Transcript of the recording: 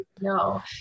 no